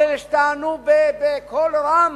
כל אלה שטענו בקול רם,